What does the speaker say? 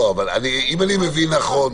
לא, אבל אם אני מבין נכון,